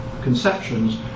conceptions